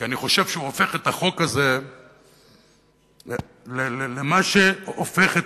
כי אני חושב שהוא הופך את החוק הזה למה שהופך את